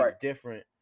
different